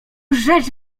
rzecz